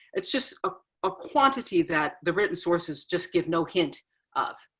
it's just a ah quantity that the written sources just give no hint of.